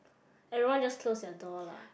everyone just close their door lah